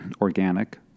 organic